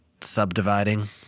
subdividing